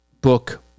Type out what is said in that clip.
book